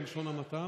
בלשון המעטה,